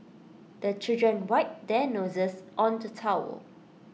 the children wipe their noses on the towel